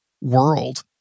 world